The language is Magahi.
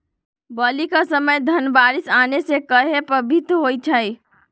बली क समय धन बारिस आने से कहे पभवित होई छई?